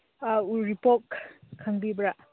ꯑꯥ ꯎꯔꯤꯄꯣꯛ ꯈꯪꯕꯤꯕ꯭ꯔꯥ